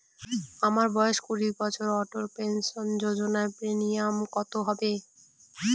আমার বয়স কুড়ি বছর অটল পেনসন যোজনার প্রিমিয়াম কত হবে?